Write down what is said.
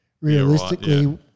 realistically